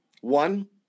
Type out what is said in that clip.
One